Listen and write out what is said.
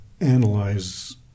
analyze